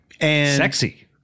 Sexy